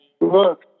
look